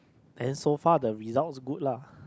and then so far the result good lah